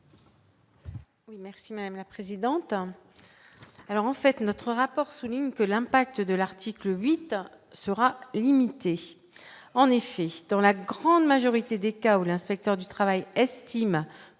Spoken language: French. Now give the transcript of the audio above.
Merci madame la présidente,